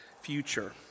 future